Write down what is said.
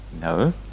No